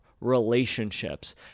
relationships